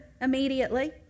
immediately